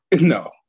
no